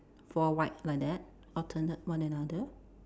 four white like that alternate one another